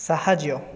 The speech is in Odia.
ସାହାଯ୍ୟ